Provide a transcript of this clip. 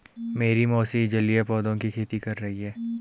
मेरी मौसी जलीय पौधों की खेती कर रही हैं